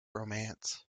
romance